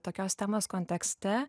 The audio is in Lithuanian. tokios temos kontekste